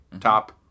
top